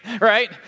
right